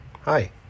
Hi